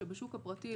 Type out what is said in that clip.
כשבשוק הפרטי,